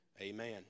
Amen